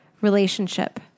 relationship